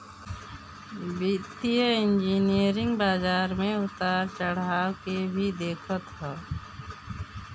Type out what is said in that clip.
वित्तीय इंजनियरिंग बाजार में उतार चढ़ाव के भी देखत हअ